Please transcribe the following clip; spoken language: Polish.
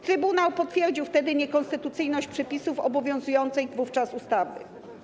Trybunał potwierdził wtedy niekonstytucyjność przepisów obowiązującej wówczas ustawy.